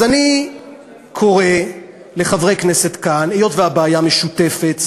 אז אני קורא לחברי כנסת כאן: היות שהבעיה משותפת,